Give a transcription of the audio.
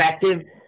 effective